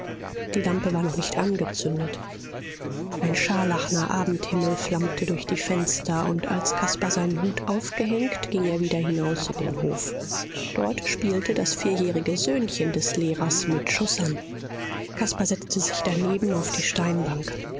die lampe war noch nicht angezündet ein scharlachner abendhimmel flammte durch die fenster und als caspar seinen hut aufgehängt ging er wieder hinaus in den hof dort spielte das vierjährige söhnchen des lehrers mit schussern caspar setzte sich daneben auf die steinbank